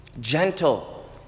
Gentle